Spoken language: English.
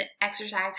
exercise